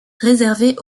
réservée